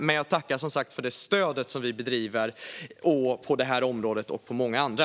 Men jag tackar som sagt för stödet för det arbete vi bedriver på det här området och på många andra.